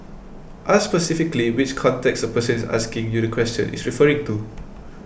ask specifically which context persons asking you the question is referring to